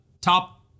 top